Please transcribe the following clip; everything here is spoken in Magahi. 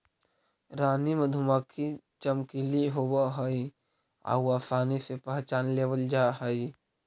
रानी मधुमक्खी चमकीली होब हई आउ आसानी से पहचान लेबल जा हई